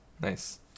Nice